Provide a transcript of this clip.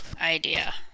idea